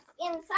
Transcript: inside